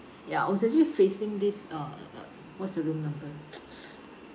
ya I was actually facing this uh what's the room number